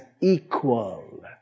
equal